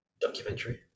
documentary